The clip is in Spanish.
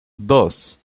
dos